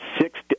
six